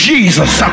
Jesus